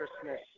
Christmas